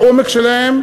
בעומק שלהם,